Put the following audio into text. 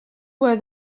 where